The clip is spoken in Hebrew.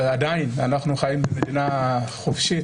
עדיין אנחנו חיים במדינה חופשית,